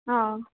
हा